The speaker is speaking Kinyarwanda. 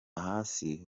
hasi